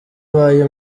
abaye